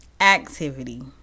activity